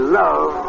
love